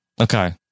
okay